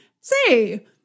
say